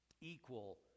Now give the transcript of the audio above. equal